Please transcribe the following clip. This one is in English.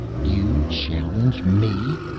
you challenge me?